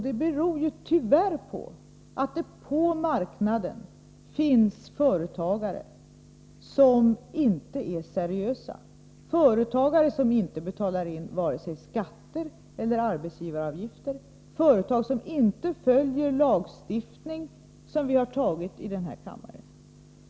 Det beror tyvärr på att det på marknaden finns företagare som inte är seriösa, företagare som inte betalar in vare sig skatter eller arbetsgivaravgifter, företagare som inte följer den lagstiftning som vi har beslutat i denna kammare.